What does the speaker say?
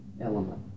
element